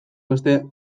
beste